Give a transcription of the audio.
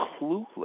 clueless